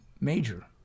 major